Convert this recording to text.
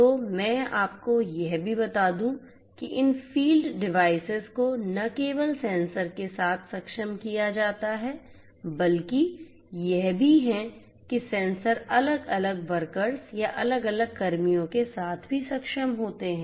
तो मैं आपको यह भी बता दूं कि इन फील्ड डिवाइसेस को न केवल सेंसर के साथ सक्षम किया जाता है बल्कि ये भी हैं कि सेंसर अलग अलग वर्कर्स या अलग अलग कर्मियों के साथ भी सक्षम होते हैं